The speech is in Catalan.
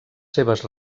seves